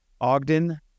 Ogden